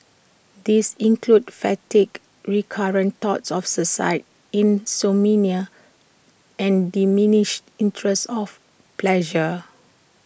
these include fatigue recurrent thoughts of suicide insomnia and diminished interest of pleasure